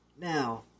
Now